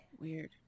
weird